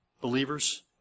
believers